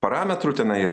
parametrų tenai